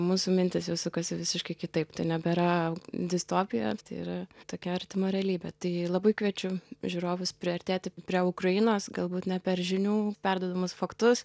mūsų mintys jau sukasi visiškai kitaip tai nebėra distopija tai yra tokia artima realybė tai labai kviečiu žiūrovus priartėti prie ukrainos galbūt ne per žinių perduodamus faktus